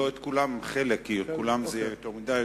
לא את כולם, חלק, כי כולם זה יהיה יותר מדי.